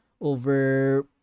over